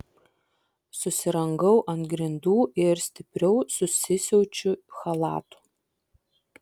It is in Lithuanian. susirangau ant grindų ir stipriau susisiaučiu chalatu